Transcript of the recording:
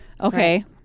Okay